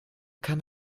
kann